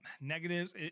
negatives